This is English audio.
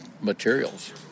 materials